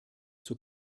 zur